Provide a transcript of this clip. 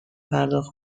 پرداخت